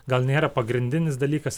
gal nėra pagrindinis dalykas